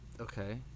Okay